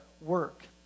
work